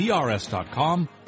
drs.com